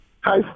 Hi